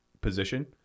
position